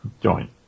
joint